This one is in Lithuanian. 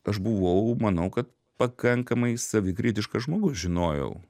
aš buvau manau kad pakankamai savikritiškas žmogus žinojau